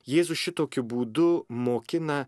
jėzus šitokiu būdu mokina